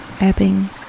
ebbing